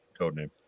codename